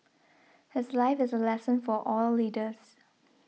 his life is a lesson for all leaders